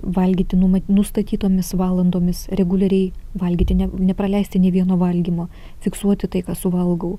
valgyti numat nustatytomis valandomis reguliariai valgyti ne nepraleisti nė vieno valgymo fiksuoti tai ką suvalgau